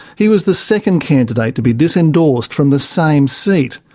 he was the second candidate to be disendorsed from the same seat.